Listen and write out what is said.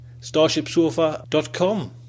starshipsofa.com